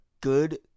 good